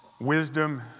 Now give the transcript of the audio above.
wisdom